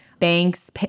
Banks